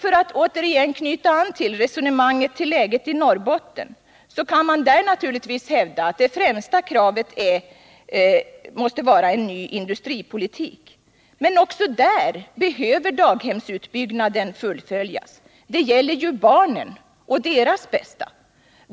För att återigen knyta an resonemanget till läget i Norrbotten, kan man naturligtvis hävda att det främsta kravet måste vara en ny industripolitik. Men också där måste daghemsutbyggnaden fullföljas. Det gäller ju barnen och deras bästa.